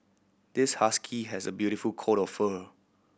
this husky has a beautiful coat of fur